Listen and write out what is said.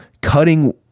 Cutting